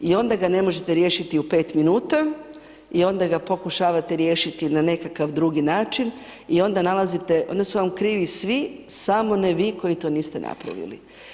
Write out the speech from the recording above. I onda ga ne možete riješiti u pet minuta, i onda ga pokušavate riješiti na nekakav drugi način, i onda nalazite, onda su vam krivi svi, samo ne vi koji to niste napravili.